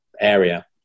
area